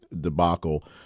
debacle